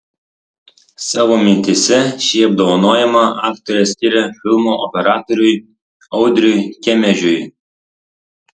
savo mintyse šį apdovanojimą aktorė skiria filmo operatoriui audriui kemežiui